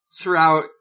throughout